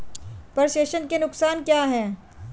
प्रेषण के नुकसान क्या हैं?